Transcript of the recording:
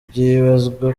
byibazwa